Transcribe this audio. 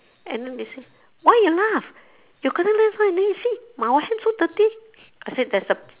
and then they say why you laugh your contact lens why you lose it my so dirty I say there's a